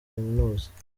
kaminuza